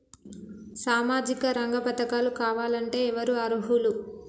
సామాజిక రంగ పథకాలు కావాలంటే ఎవరు అర్హులు?